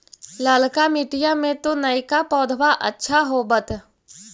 ललका मिटीया मे तो नयका पौधबा अच्छा होबत?